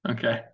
Okay